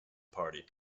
party